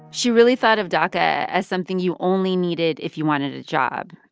she really thought of daca as something you only needed if you wanted a job,